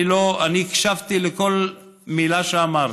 אני הקשבתי לכל מילה שאמרת,